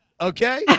okay